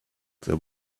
there